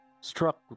struck